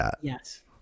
Yes